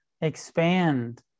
expand